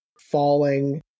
falling